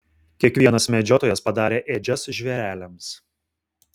kiekvienas medžiotojas padarė ėdžias žvėreliams